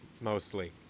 mostly